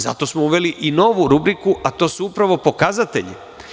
Zato smo uveli i novu rubriku, a to su upravo pokazatelji.